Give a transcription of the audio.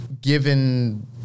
given